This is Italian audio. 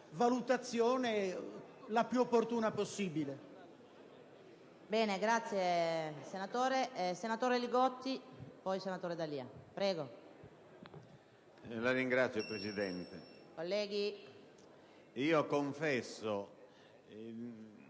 valutazione la più opportuna possibile.